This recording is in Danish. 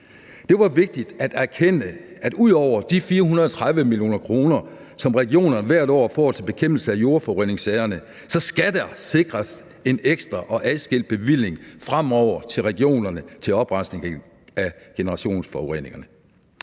Det var vigtigt at erkende, at ud over de 430 mio. kr., som regionerne hvert år får til bekæmpelse af jordforureningssagerne, skal der sikres en ekstra og adskilt bevilling fremover til regionerne til oprensning af generationsforureninger.